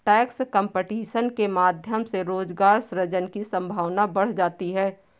tax competition के माध्यम से रोजगार सृजन की संभावना बढ़ जाती है